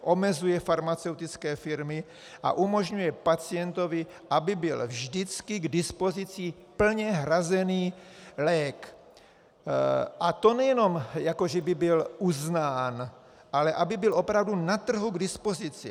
Omezuje farmaceutické firmy a umožňuje pacientovi, aby byl vždycky k dispozici plně hrazený lék, a to nejenom jako že by byl uznán, ale aby byl opravdu na trhu k dispozici.